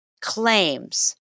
claims